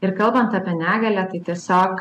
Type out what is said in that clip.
ir kalbant apie negalią tai tiesiog